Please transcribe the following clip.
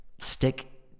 Stick